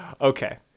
okay